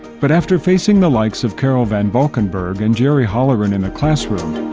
but after facing the likes of carol van valkenburg and jerry holloron in the classroom,